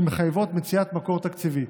שמחייבות מציאת מקור תקציבי,